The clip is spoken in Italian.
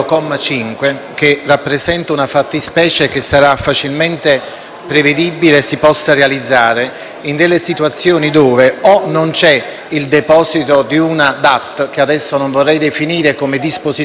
prevedibile si potrà realizzare nelle situazioni in cui non c'è il deposito di una DAT (che adesso non vorrei definire disposizione e preferisco chiamare dichiarazione anticipata di trattamento),